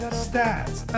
stats